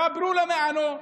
דברו למענו.